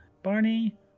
Barney